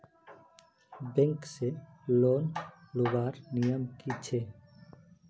Bank से loan लुबार नियम की छे?